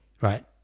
right